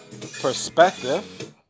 perspective